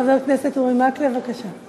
חבר הכנסת אורי מקלב, בבקשה.